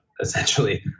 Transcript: essentially